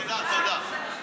תודה, תודה.